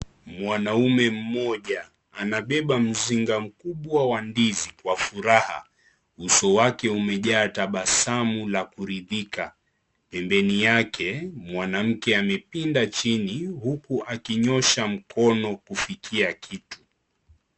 Mwanaume mmoja anabeba mzinga mkubwa wa ndizi kwa furaha , uso wake umejaa tabasamu ya kuridhika. Pembeni yake mwanamke amepinda chini huku akinyosha mikono kufikia kitu.